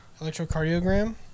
electrocardiogram